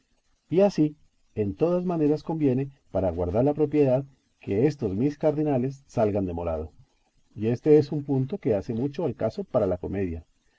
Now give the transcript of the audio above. así en todas maneras conviene para guardar la propiedad que estos mis cardenales salgan de morado y éste es un punto que hace mucho al caso para la comedia